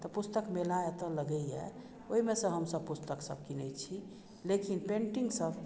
तऽ पुस्तक मेला एतय लगैया ओहिमे सँ हमसब पुस्तक सब कीनै छी लेकिन पेन्टिंग सब